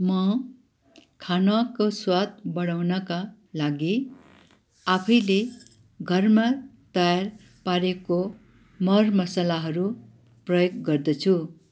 म खानाको स्वाद बढाउनका लागि आफैले घरमा तयार पारेको मरमसलाहरू प्रयोग गर्दछु